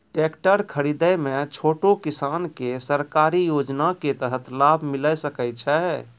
Tractor खरीदै मे छोटो किसान के सरकारी योजना के तहत लाभ मिलै सकै छै?